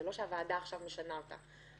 זה לא שהוועדה עכשיו משנה אותה.